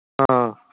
ꯑꯥ